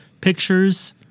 Pictures